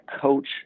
coach